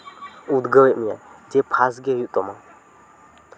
ᱩᱫᱽᱜᱟᱹᱣ ᱮᱫ ᱢᱮᱭᱟᱭ ᱡᱮ ᱯᱟᱥ ᱜᱮ ᱦᱩᱭᱩᱜ ᱛᱟᱢᱟ